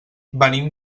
venim